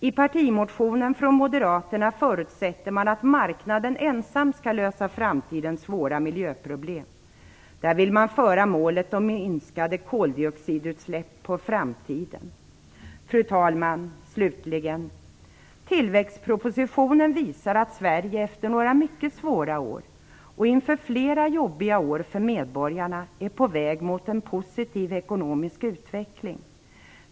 I partimotionen från moderaterna förutsätter man att marknaden ensam skall lösa framtidens svåra miljöproblem. Där vill man skjuta målet om minskade koldioxidutsläpp på framtiden. Fru talman! Slutligen: Tillväxtpropositionen visar att Sverige efter några mycket svåra år och inför flera jobbiga år för medborgarna är på väg mot en positiv ekonomisk utveckling.